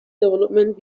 development